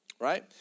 Right